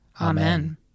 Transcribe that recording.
Amen